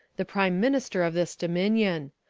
the prime minister of this dominion.